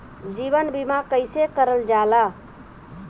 जीवन बीमा कईसे करल जाला?